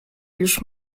już